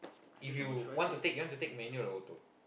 if you want to take you want to take manual or auto